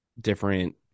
different